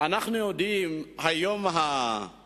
אנחנו יודעים שהיחידים